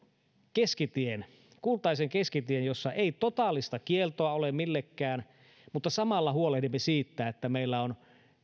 keskitien kultaisen keskitien jossa ei totaalista kieltoa ole millekään mutta samalla huolehdimme siitä että meillä on